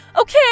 okay